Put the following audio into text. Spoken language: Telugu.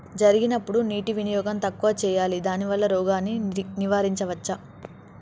జరిగినప్పుడు నీటి వినియోగం తక్కువ చేయాలి దానివల్ల రోగాన్ని నివారించవచ్చా?